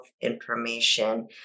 information